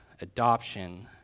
adoption